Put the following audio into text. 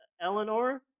Eleanor